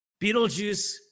Beetlejuice